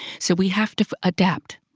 so we have to adapt.